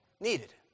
needed